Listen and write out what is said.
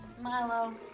Milo